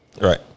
Right